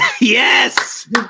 Yes